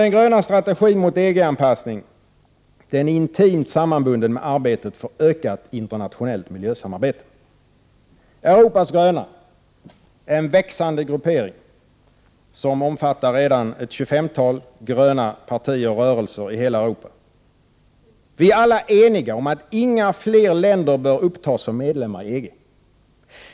Den gröna strategin mot EG-anpassningen är intimt sammanbunden med arbetet för ökat internationellt miljösamarbete. Europas gröna, en växande gruppering som redan omfattar ett 25-tal gröna partier och rörelser i hela Europa, är alla eniga om att inga fler bör upptas som medlemmar i EG.